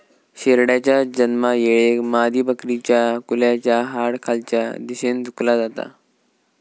शेरडाच्या जन्मायेळेक मादीबकरीच्या कुल्याचा हाड खालच्या दिशेन झुकला जाता